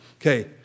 okay